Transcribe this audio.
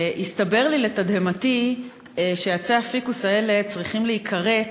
התברר לי לתדהמתי שעצי הפיקוס האלה צריכים להיכרת,